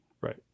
Right